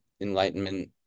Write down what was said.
enlightenment